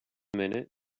minute